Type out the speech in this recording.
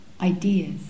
ideas